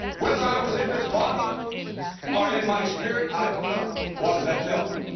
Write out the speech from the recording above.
whether i was in this body or in my spirit i don't know. what does that tell me?